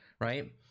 right